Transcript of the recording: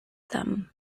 them